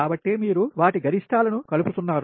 కాబట్టి మీరు వాటి గరిష్ష్టాలను కలుపుతున్నారు